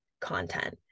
content